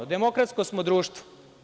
Demokratsko smo društvo.